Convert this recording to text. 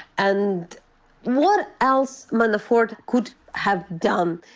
and what else manafort could have done?